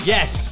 Yes